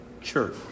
church